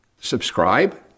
subscribe